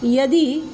यदि